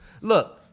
Look